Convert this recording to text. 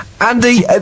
Andy